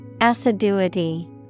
Assiduity